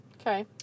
Okay